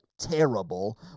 terrible